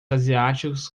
asiáticos